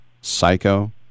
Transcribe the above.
psycho